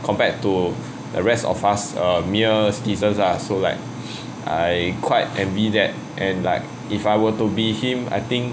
compared to the rest of us a mere citizens ah so like I quite envy that and like if I were to be him I think